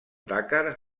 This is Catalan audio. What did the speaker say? dakar